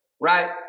right